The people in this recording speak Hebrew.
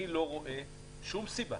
אני לא רואה שום סיבה